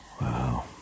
Wow